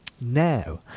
Now